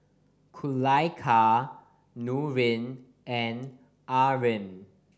Kulaikha Nurin and Amrin